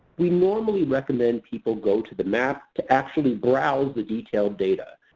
we normally recommend people go to the map to actually browse the detailed data.